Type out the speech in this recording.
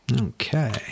Okay